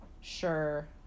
Sure